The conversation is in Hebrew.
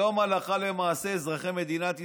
היום, הלכה למעשה, אזרחי מדינת ישראל,